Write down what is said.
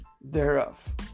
thereof